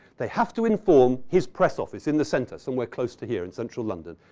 they have to inform his press office in the center, somewhere close to here in central london.